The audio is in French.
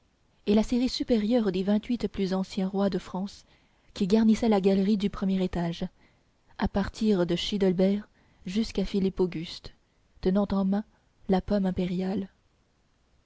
et la série supérieure des vingt-huit plus anciens rois de france qui garnissait la galerie du premier étage à partir de childebert jusqu'à philippe auguste tenant en main la pomme impériale